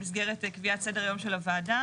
במסגרת קביעת סדר יום של הוועדה,